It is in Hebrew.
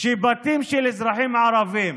שבתים של אזרחים ערבים